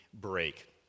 break